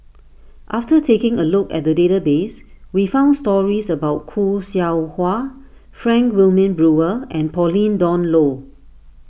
after taking a look at the database we found stories about Khoo Seow Hwa Frank Wilmin Brewer and Pauline Dawn Loh